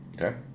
Okay